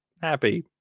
happy